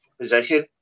position